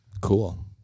Cool